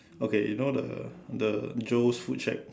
okay you know the the Joe's food shack